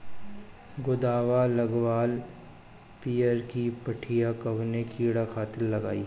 गोदवा लगवाल पियरकि पठिया कवने कीड़ा खातिर लगाई?